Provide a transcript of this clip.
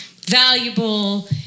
valuable